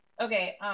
okay